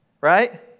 Right